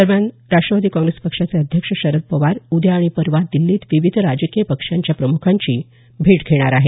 दरम्यान राष्ट्रवादी काँग्रेस पक्षाचे अध्यक्ष शरद पवार उद्या आणि परवा दिल्लीत विविध राजकीय पक्षांच्या प्रमुखांची भेट घेणार आहेत